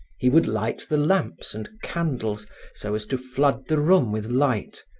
he would light the lamps and candles so as to flood the room with light,